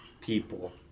people